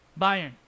Bayern